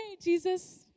Jesus